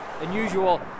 unusual